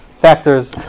factors